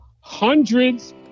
hundreds